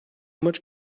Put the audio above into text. much